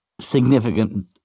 significant